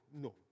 No